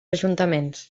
ajuntaments